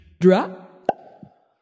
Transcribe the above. Drop